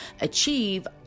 achieve